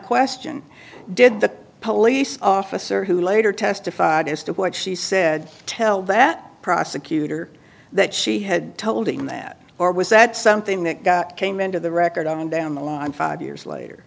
question did the police officer who later testified as to what she said tell that prosecutor that she had told him that or was that something that came into the record on down the line five years later